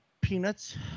peanuts